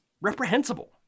reprehensible